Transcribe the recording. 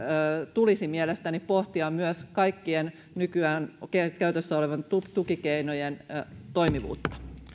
tulisi mielestäni pohtia myös kaikkien nykyään käytössä olevien tukikeinojen toimivuutta